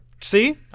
See